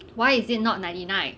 why is it not ninety nine